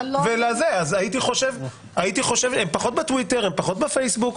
הם פחות בטוויטר, הם פחות בפייסבוק.